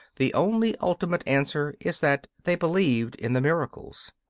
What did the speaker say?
the only ultimate answer is that they believed in the miracles.